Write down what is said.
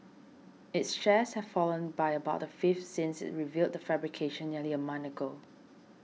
its shares have fallen by about a fifth since it revealed the fabrication nearly a month ago